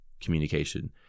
communication